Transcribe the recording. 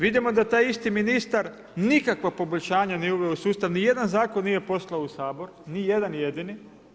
Vidimo da taj isti ministar nikakva poboljšanja nije uveo u sustav, ni jedan zakon nije poslao u Sabor, ni jedan jedini.